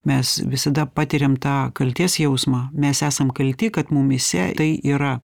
mes visada patiriam tą kaltės jausmą mes esam kalti kad mumyse tai yra